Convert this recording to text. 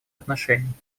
отношений